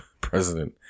president